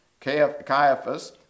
Caiaphas